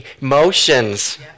emotions